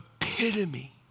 epitome